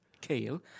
Kale